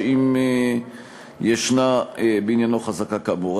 אם יש בעניינו חזקה כאמור.